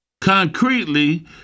concretely